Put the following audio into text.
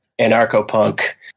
anarcho-punk